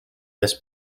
this